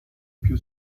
più